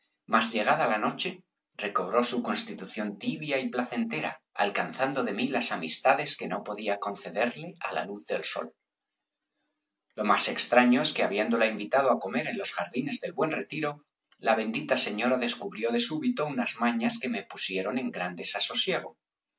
mas llegada la noche recobró su constitución tibia y placentera alcanzando de mí las amistades que no podía concederle á la luz del sol lo más extraño es que habiéndola invitado á comer en los jardines del buen retiro la bendita señora descubrió de súbito unas mañas que me pusieron en gran